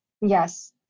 Yes